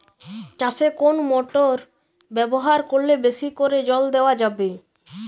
চাষে কোন মোটর ব্যবহার করলে বেশী করে জল দেওয়া যাবে?